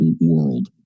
world